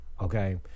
Okay